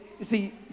see